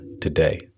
today